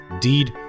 deed